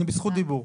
אני בזכות דיבור.